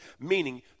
Meaning